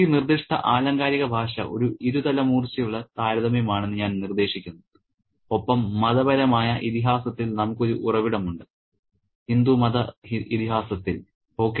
ഈ നിർദ്ദിഷ്ട ആലങ്കാരിക ഭാഷ ഒരു ഇരുതല മൂർച്ചയുള്ള താരതമ്യമാണെന്ന് ഞാൻ നിർദ്ദേശിക്കുന്നു ഒപ്പം മതപരമായ ഇതിഹാസത്തിൽ നമുക്ക് ഒരു ഉറവിടമുണ്ട് ഹിന്ദു മത ഇതിഹാസത്തിൽ ഓക്കേ